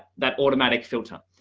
that automatic filter.